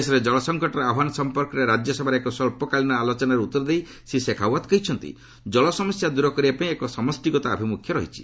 ଦେଶରେ ଜଳ ସଙ୍କଟର ଆହ୍ୱାନ ସମ୍ପର୍କରେ ରାଜ୍ୟସଭାରେ ଏକ ସ୍ୱବ୍ଧକାଳୀନ ଆଲୋଚନାରେ ଉତ୍ତର ଦେଇ ଶ୍ରୀ ଶେଖାଓ୍ୱତ୍ କହିଛନ୍ତି କଳସମସ୍ୟା ଦୂର କରିବାପାଇଁ ଏକ ସମଷ୍ଟିଗତ ଆଭିମୁଖ୍ୟ ରହିଛି